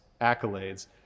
accolades